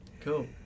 cool